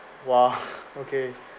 !wah! okay